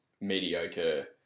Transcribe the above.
mediocre